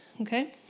okay